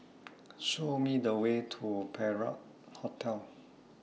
Show Me The Way to Perak Hotel